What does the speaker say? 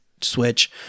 switch